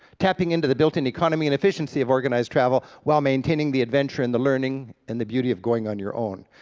tapping into the built-in economy and efficiency of organized travel, while maintaining the adventure, and the learning, and the beauty of going on your own.